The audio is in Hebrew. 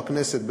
בכנסת,